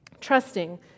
trusting